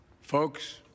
Folks